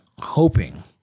hoping